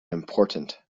important